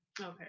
okay